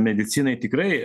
medicinai tikrai